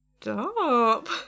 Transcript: Stop